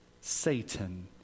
Satan